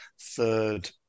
third